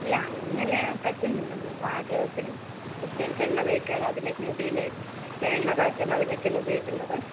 ഇല്ല അങ്ങനെ പറ്റുന്നില്ല നമ്മള് പാചകത്തിനും കുട്ടികൾക്ക് എണ്ണ തേക്കാൻ അതിന് ഒക്ക മുടിയില് എണ്ണ കാച്ചാനും അതിന് ഒക്ക ആണ് ഉപയോഗിക്കുന്നത്